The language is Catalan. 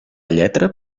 lletra